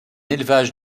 élevage